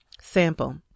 Sample